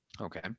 Okay